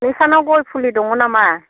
नोंस्रानाव गय फुलि दङ नामा